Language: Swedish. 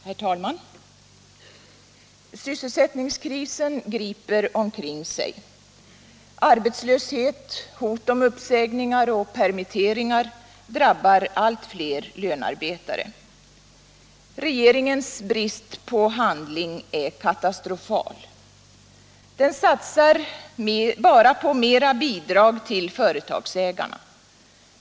Herr talman! Sysselsättningskrisen griper omkring sig. Arbetslöshet, hot om uppsägningar och permitteringar drabbar allt fler lönarbetare. Regeringens brist på handling är katastrofal. Den satsar bara på mera bidrag till företagsägarna.